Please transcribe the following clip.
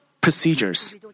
procedures